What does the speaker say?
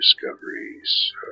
discoveries